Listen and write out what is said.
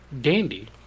dandy